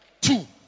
two